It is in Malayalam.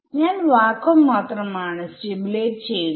ഞാൻ വാക്വം മാത്രമാണ് സ്റ്റിമുലേറ്റ് ചെയ്യുന്നത്